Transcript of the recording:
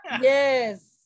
Yes